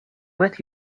with